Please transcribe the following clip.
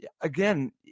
again